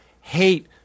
hate